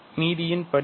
மீதியின் படி என்ன